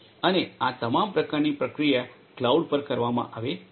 અને આ તમામ પ્રકારની પ્રક્રિયા ક્લાઉડ પર કરવામાં આવે છે